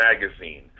Magazine